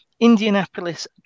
Indianapolis